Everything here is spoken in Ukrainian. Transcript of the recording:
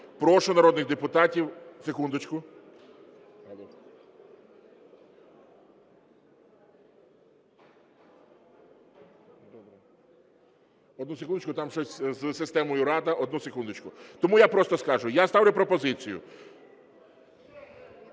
Прошу народних депутатів… Секундочку. Одну секундочку, там щось із системою "Рада". Тому я просто скажу, я ставлю пропозицію…